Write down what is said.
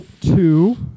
Two